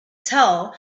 tell